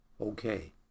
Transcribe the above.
Okay